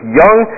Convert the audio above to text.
young